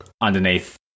underneath